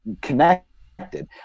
connected